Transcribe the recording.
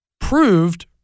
proved